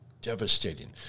devastating